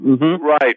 Right